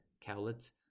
Cowlitz